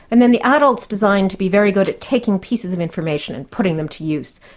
and then the adult's designed to be very good at taking pieces of information and putting them to use.